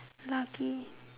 lucky